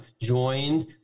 joined